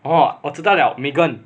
orh 我知道了 megan